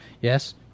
Yes